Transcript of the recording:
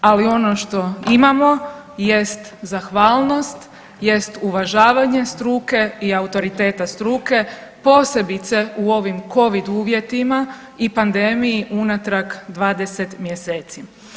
Ali ono što imamo jest zahvalnost, jest uvažavanje struke i autoriteta struke posebice u ovim Covid uvjetima i pandemiji unatrag 20 mjeseci.